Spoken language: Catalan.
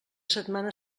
setmana